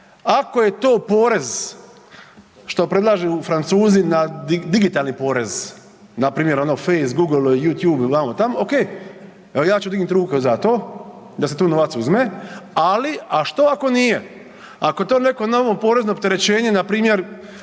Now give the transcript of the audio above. ako je to porez što predlažu Francuzi, digitalni porez npr. ono Face, Google, YouTube vamo tamo, ok, evo ja ću dignuti ruku za to da se tu novac uzme, ali što ako nije, ako je neko novo porezno opterećenje npr.